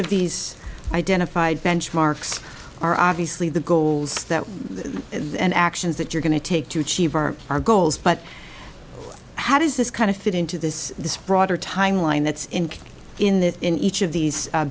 of these identified benchmarks are obviously the goals that we and actions that you're going to take to achieve our goals but how does this kind of fit into this this broader timeline that's in that in each of these